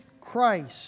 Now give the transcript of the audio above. Christ